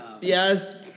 Yes